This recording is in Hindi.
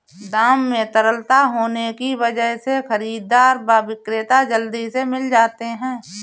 दाम में तरलता होने की वजह से खरीददार व विक्रेता जल्दी से मिल जाते है